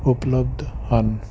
ਉਪਲਬਧ ਹਨ